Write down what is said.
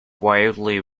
wildly